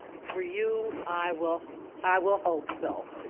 for you, i will i will hope so,